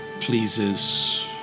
Pleases